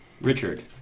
Richard